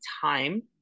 time